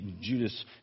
Judas